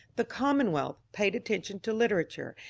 the commonwealth paid attention to literature,